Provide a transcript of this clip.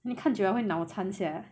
你看起来会脑残 sia